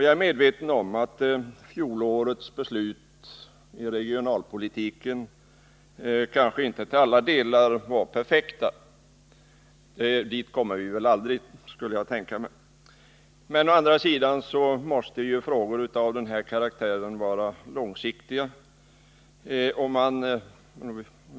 Jag är medveten om att fjolårets regionalpolitiska beslut kanske inte till alla delar var perfekta. Jag tror heller inte att de någonsin kan bli det. Regionalpolitiska frågor kräver ofta lösningar av långsiktig karaktär.